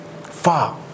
far